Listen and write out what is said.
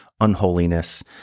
unholiness